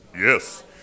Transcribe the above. Yes